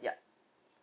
yup